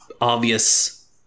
obvious